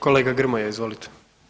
Kolega Grmoja, izvolite.